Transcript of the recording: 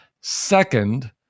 Second